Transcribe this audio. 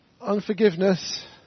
unforgiveness